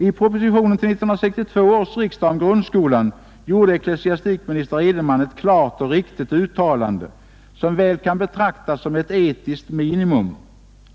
I propositionen till 1962 års riksdag om grundskolan gjorde ecklesiastikminister Edenman ett klart och riktigt uttalande, som väl kan betraktas som ett etiskt minimum.